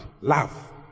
love